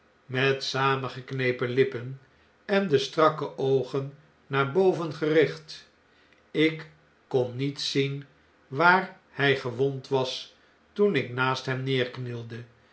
met samengenepen lippen en de strakke oogen naar boven gericht ik kon niet zien waar nij gewond was toen ik naast hem nederknielde